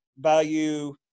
value